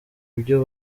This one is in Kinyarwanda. ibyo